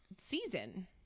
season